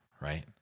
Right